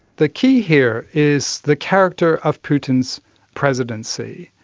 the key here is the character of putin's presidency.